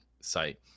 site